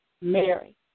Mary